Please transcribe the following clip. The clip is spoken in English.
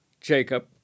Jacob